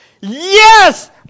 Yes